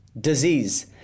disease